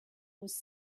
was